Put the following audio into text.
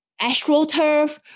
AstroTurf